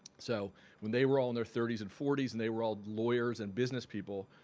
so when they were all in their thirty s and forty s and they were all lawyers and businesspeople,